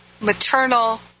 maternal